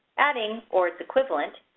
adding or its equivalent,